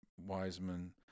Wiseman